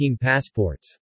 passports